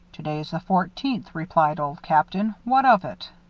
today's the fourteenth, replied old captain. what of it?